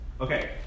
Okay